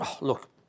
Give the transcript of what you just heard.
look